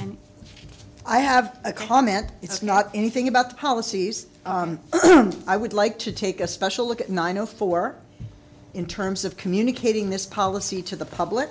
person i have a comment it's not anything about policies i would like to take a special look at nine o four in terms of communicating this policy to the public